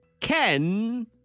Ken